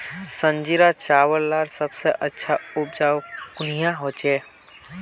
संजीरा चावल लार सबसे अच्छा उपजाऊ कुनियाँ होचए?